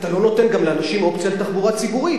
אתה גם לא נותן לאנשים אופציה לתחבורה ציבורית,